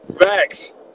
Facts